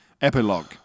Epilogue